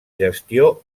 gestió